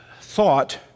Thought